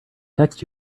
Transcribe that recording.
text